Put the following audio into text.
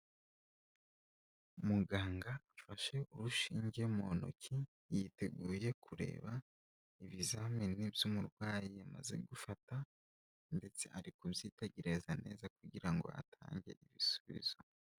Muganga afashe urushinge mu ntoki, yiteguye kureba ibizamini by'umurwayi amaze gufata ndetse ari kubyitegereza neza kugira ngo atange ibisubizo.